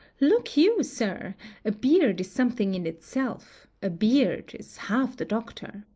look you, sir a beard is something in itself a beard is half the doctor.